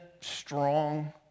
strong